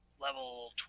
level